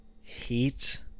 Heat